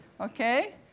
Okay